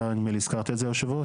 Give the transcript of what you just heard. אתה נדמה לי הזכרת את זה, היושב-ראש.